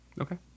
Okay